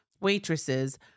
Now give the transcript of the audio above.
waitresses